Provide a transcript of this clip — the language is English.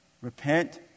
repent